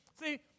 See